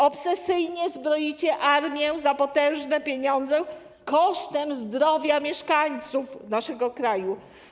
Obsesyjnie zbroicie armię za potężne pieniądze kosztem zdrowia mieszkańców naszego kraju.